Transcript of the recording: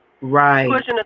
Right